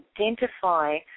identify